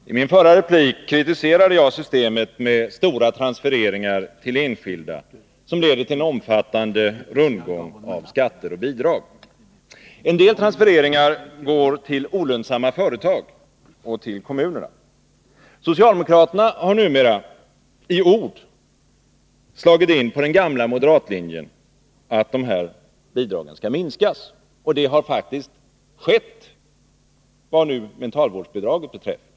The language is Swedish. Herr talman! I min förra replik kritiserade jag systemet med stora transfereringar till enskilda, vilket leder till en omfattande rundgång av skatter och bidrag. En del transfereringar går däremot till olönsamma företag och till kommunerna. Socialdemokraterna har numera, i ord, slagit in på den gamla moderatlinjen att dessa bidrag skall minskas. Det har nu faktiskt också skett vad mentalvårdsbidraget beträffar.